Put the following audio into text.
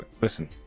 listen